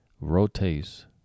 rotates